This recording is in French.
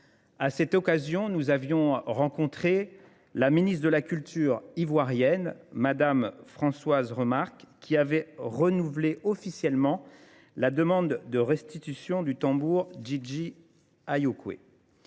À cette occasion, nous avions rencontré la ministre de la Culture ivoirienne, madame Françoise Remarque, qui avait renouvelé officiellement la demande de restitution du tambour Jiji Ayukwe.